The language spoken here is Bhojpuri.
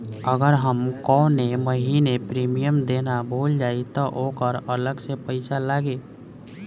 अगर हम कौने महीने प्रीमियम देना भूल जाई त ओकर अलग से पईसा लागी?